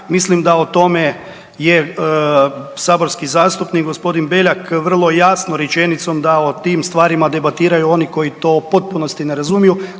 mislim da o tome je saborski zastupnik gospodin Beljak vrlo jasno rečenicom da o tim stvarima debatiraju oni koji to u potpunosti ne razumiju.